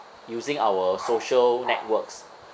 using our social networks